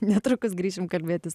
netrukus grįšim kalbėtis